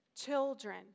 Children